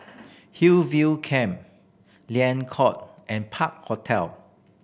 Hillview Camp Liang Court and Park Hotel